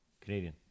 Canadian